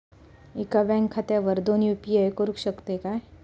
एका बँक खात्यावर दोन यू.पी.आय करुक शकतय काय?